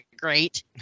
great